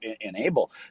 enable